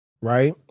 right